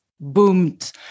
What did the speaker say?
boomed